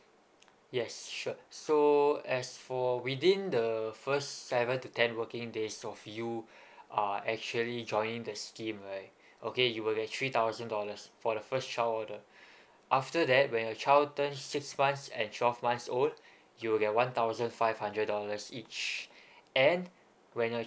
yes sure so as for within the first seven to ten working days of you are actually joining the scheme right okay you will get three thousand dollars for the first child order after that when your child turn six months and twelve months old you will get one thousand five hundred dollars each and when your child